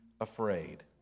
afraid